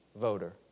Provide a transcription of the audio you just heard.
voter